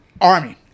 Army